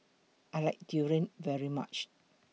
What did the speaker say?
I like Durian very much